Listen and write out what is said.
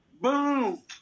Boom